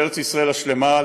אל ארץ ישראל השלמה,